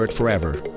but forever.